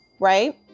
Right